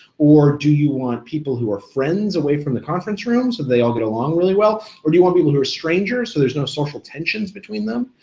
or do you want people who are friends away from the conference room so and they all get along really well, or do you want people who are strangers so there's no social tensions between them?